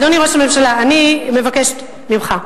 אדוני ראש הממשלה, אני מבקשת ממך,